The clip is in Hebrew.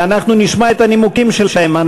ואנחנו נשמע את הנימוקים שלהן.